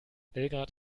belgrad